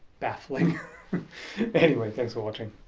baffling anyway, thanks for watching